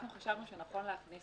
חשבנו שנכון להכניס